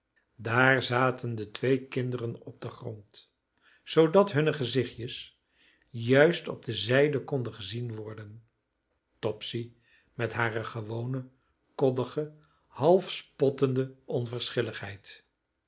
daar zaten de twee kinderen op den grond zoodat hunne gezichtjes juist op zijde konden gezien worden topsy met hare gewone koddige halfspottende onverschilligheid